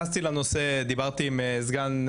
לידה היא